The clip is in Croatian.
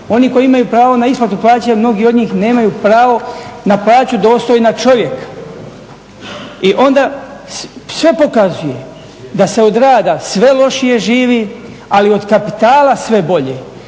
Oni koji imaju pravo na isplatu plaće, mnogi od njih nemaju pravo na plaću dostojna čovjeka. I onda sve pokazuje da se od rada sve lošije živi, ali od kapitala sve bolje,